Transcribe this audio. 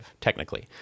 technically